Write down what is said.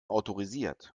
autorisiert